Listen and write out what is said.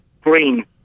green